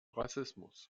rassismus